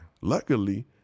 Luckily